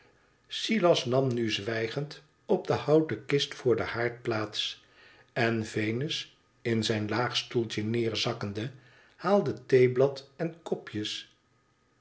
silas nam nu zwijgend op de houten kist voor den haard plaats en venus in zijn laag stoeltje neerzakkende haalde theeblad en kopjes